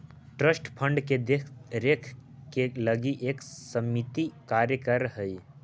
trust fund के देख रेख के लगी एक समिति कार्य कर हई